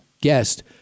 guest